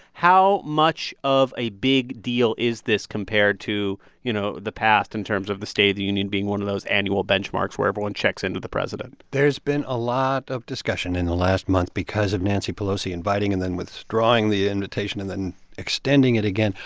how much of a big deal is this compared to, you know, the past in terms of the state of the union being one of those annual benchmarks where everyone checks into the president? there's been a lot of discussion in the last month because of nancy pelosi inviting and then withdrawing the invitation and then extending it again.